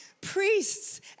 priests